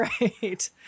Right